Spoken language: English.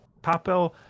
Papel